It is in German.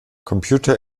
computer